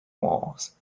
walls